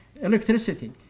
Electricity